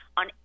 on